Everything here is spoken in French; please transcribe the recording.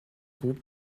groupe